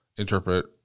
interpret